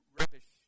rubbish